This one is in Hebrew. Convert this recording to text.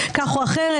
כך או אחרת,